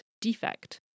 defect